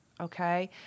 Okay